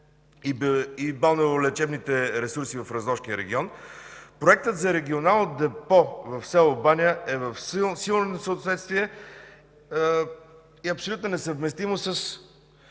и балнеолечебните ресурси в Разложкия регион. Проектът за регионално депо в село Баня е в силно несъответствие и абсолютна несъвместимост